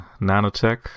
nanotech